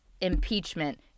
impeachment